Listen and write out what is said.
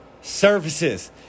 services